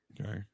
okay